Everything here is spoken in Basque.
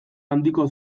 handiko